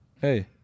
hey